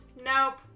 Nope